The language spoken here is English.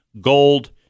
gold